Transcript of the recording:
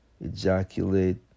ejaculate